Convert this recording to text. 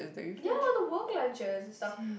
yeah all the work lunches and stuff